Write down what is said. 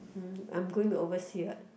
mm I'm going to oversea what